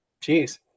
Jeez